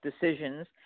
decisions